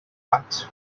vaig